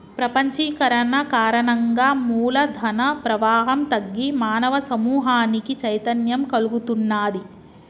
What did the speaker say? ప్రపంచీకరణ కారణంగా మూల ధన ప్రవాహం తగ్గి మానవ సమూహానికి చైతన్యం కల్గుతున్నాది